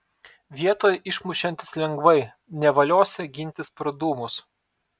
vietoj išmušiantis lengvai nevaliosią gintis pro dūmus